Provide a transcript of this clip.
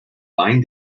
bind